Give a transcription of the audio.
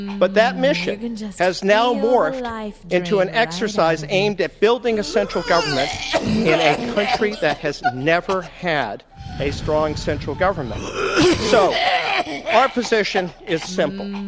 but that mission has now morphed into an exercise aimed at building a central government in a country that has never had a strong central government and so our position is simple.